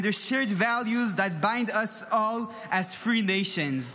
and the shared values that bind all free nations together.